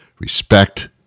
Respect